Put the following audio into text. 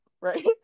right